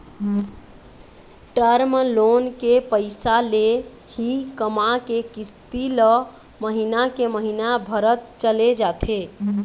term loan के पइसा ले ही कमा के किस्ती ल महिना के महिना भरत चले जाथे